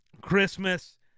Christmas